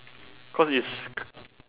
cause it's